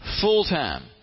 Full-time